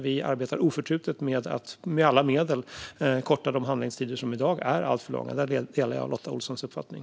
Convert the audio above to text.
Vi arbetar oförtrutet för att med alla medel korta handläggningstiderna, som i dag är alltför långa. Där delar jag Lotta Olssons uppfattning.